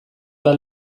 bat